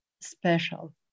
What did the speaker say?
special